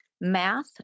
math